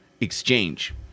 exchange